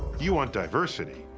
you want diversity?